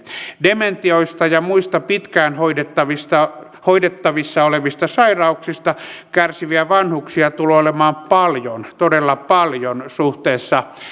dementioista ja muista pitkään hoidettavissa hoidettavissa olevista sairauksista kärsiviä vanhuksia tulee olemaan paljon todella paljon suhteessa